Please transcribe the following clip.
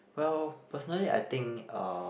well personally I think uh